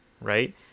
right